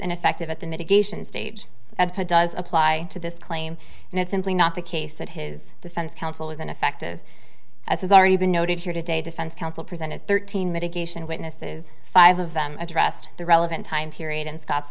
ineffective at the mitigation stage that does apply to this claim and it's simply not the case that his defense counsel is ineffective as has already been noted here today defense counsel presented thirteen mitigation witnesses five of them addressed the relevant time period in scot